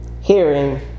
Hearing